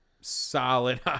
solid